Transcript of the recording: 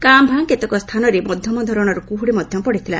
କାଁ ଭାଁ କେତେକ ସ୍ଥାନରେ ମଧ୍ୟମ ଧରଣର କୁହୁଡ଼ି ମଧ୍ୟ ପଡ଼ିଥିଲା